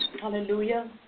Hallelujah